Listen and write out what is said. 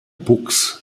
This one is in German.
buchs